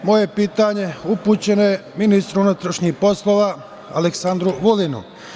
Moje pitanje upućeno je ministru unutrašnjih poslova Aleksandru Vulinu.